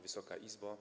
Wysoka Izbo!